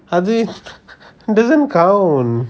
அது:athu doesn't count